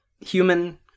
Human